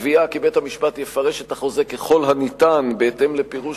קביעה כי בית-המשפט יפרש את החוזה ככל הניתן בהתאם לפירוש